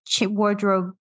wardrobe